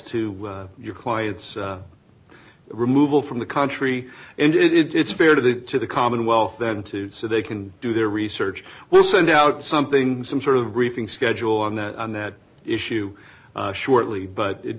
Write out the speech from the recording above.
to your client's removal from the country and it's fair to the to the commonwealth then to so they can do their research well send out something some sort of briefing schedule on that on that issue shortly but it